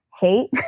hate